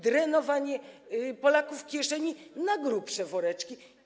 Drenowanie Polaków kieszeni na grubsze woreczki.